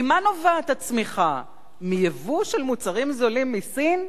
ממה נובעת הצמיחה, מיבוא של מוצרים זולים מסין?